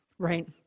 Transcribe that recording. Right